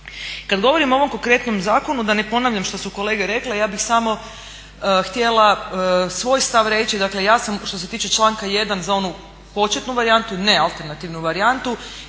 Kad govorimo o ovom konkretnom zakonu da ne ponavljam što su kolege rekle ja bih samo htjela svoj stav reći. Dakle, ja sam što se tiče članka 1. za onu početnu varijantu nealternativnu varijantu